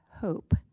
hope